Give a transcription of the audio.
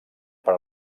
per